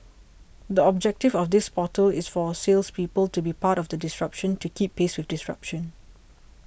the objective of this portal is for salespeople to be part of the disruption to keep pace with disruption